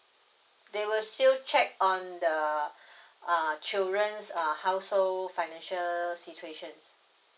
they will still check on the uh children's uh household financial situations